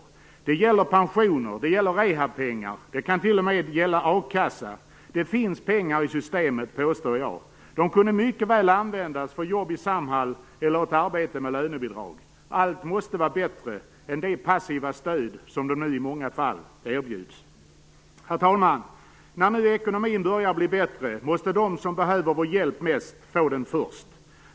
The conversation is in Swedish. Det gäller pensioner, det gäller rehab-pengar, det kan t.o.m. gälla akassa. Det finns pengar i systemet, påstår jag. De kunde mycket väl användas för jobb i Samhall eller ett arbete med lönebidrag. Allt måste vara bättre än det passiva stöd som dessa personer nu i många fall erbjuds. Herr talman! När nu ekonomin börjar bli bättre måste de som behöver vår hjälp mest få den först.